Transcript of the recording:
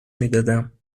میدادم